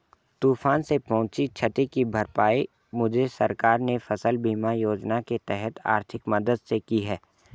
तूफान से पहुंची क्षति की भरपाई मुझे सरकार ने फसल बीमा योजना के तहत आर्थिक मदद से की है